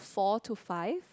four to five